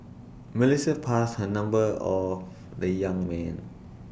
Melissa passed her number or the young man